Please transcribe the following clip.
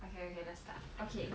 okay can just start okay